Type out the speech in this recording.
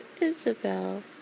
Isabel